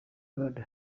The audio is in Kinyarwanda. kandi